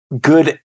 good